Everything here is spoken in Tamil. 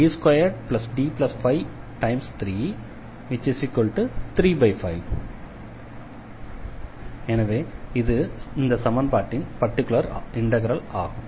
1D2D53 35 எனவே இது இந்த சமன்பாட்டின் பர்டிகுலர் இண்டெக்ரல் ஆகும்